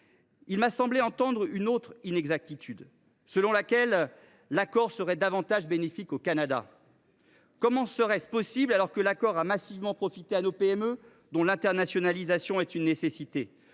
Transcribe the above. Il m’a semblé entendre une autre inexactitude, selon laquelle l’accord serait davantage bénéfique au Canada. Comment serait ce possible, alors que l’accord a massivement profité à nos PME, dont l’internationalisation est une nécessité ?